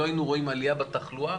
לא, יהיו פחות בוודאות.